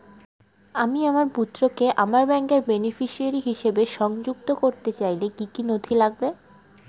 আমি আমার পুত্রকে আমার ব্যাংকের বেনিফিসিয়ারি হিসেবে সংযুক্ত করতে চাইলে কি কী নথি লাগবে?